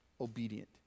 Obedient